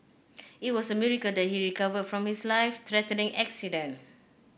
it was a miracle that he recovered from his life threatening accident